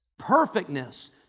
perfectness